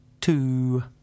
Two